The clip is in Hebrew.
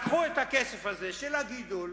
לקחו את הכסף הזה של הגידול,